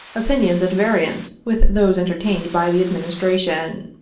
opinions at variance with those entertained by the administration.